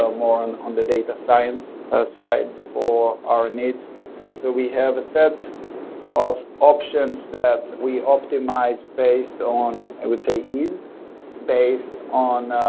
ah more on on the data science ah side for our needs so we have a set of options that we optimized space on i would say ease based on